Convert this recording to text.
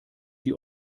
die